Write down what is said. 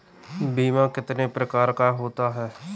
बीमा कितने प्रकार का होता है?